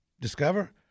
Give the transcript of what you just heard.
discover